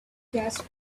gas